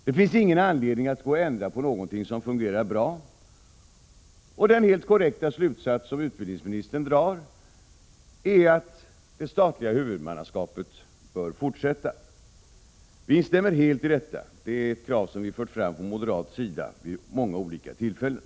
Det finns ingen anledning att ändra på någonting som fungerar bra, och det är en helt korrekt slutsats utbildningsministern drar om att det statliga huvudmannaskapet bör fortsätta. Vi instämmer helt i detta. Det är ett krav som vi från moderat sida har fört fram vid många olika tillfällen.